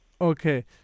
Okay